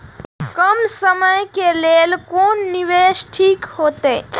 कम समय के लेल कोन निवेश ठीक होते?